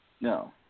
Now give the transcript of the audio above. no